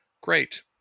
great